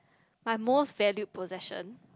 my most valued possession